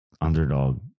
underdog